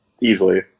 easily